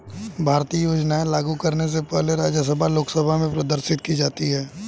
भारतीय योजनाएं लागू करने से पहले राज्यसभा लोकसभा में प्रदर्शित की जाती है